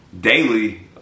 daily